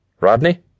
Rodney